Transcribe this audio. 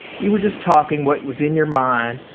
you were just talking what was in your mind,